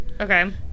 Okay